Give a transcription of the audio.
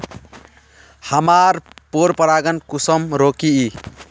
हमार पोरपरागण कुंसम रोकीई?